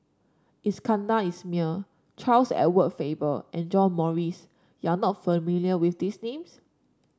Iskandar Ismail Charles Edward Faber and John Morrice you are not familiar with these names